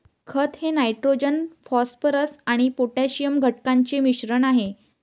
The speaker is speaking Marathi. खत हे नायट्रोजन फॉस्फरस आणि पोटॅशियम घटकांचे मिश्रण आहे